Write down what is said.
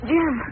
Jim